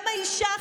גם האישה החילונית,